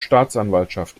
staatsanwaltschaft